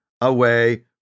away